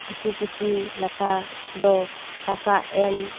ᱫᱤᱠᱩ ᱯᱩᱥᱤ ᱞᱮᱠᱟ ᱫᱚ ᱴᱟᱠᱟ ᱮᱢ